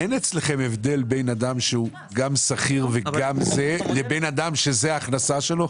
אין אצלכם הבדל בין אדם שהוא גם שכיר וגם זה לבין אדם שזו ההכנסה שלו?